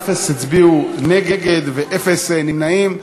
אין מתנגדים ואין נמנעים.